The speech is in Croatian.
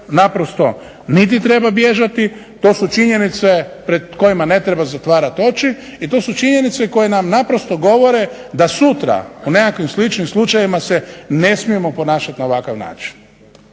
naprosto bježati, to su činjenice pred kojima ne treba zatvarati oči i to su činjenice koje nam naprosto govore da sutra u nekakvim sličnim slučajevima se ne smijemo ponašati na ovakav način